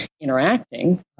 interacting